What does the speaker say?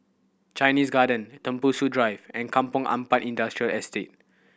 Chinese Garden Tembusu Drive and Kampong Ampat Industrial Estate